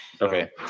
Okay